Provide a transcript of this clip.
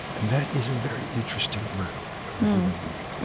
and that is a very interesting work of the human being,